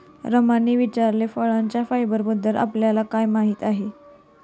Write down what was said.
रामने विचारले, फळांच्या फायबरबद्दल आपल्याला काय माहिती आहे?